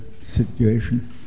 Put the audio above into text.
situation